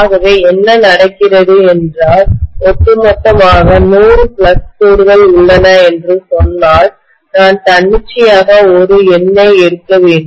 ஆகவே என்ன நடக்கிறது என்றால் ஒட்டுமொத்தமாக 100 ஃப்ளக்ஸ் கோடுகள் உள்ளன என்று சொன்னால் நான் தன்னிச்சையாக ஒரு எண்ணை எடுக்க வேண்டும்